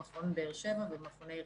למכונים ממוגנים בבאר שבע וברהט.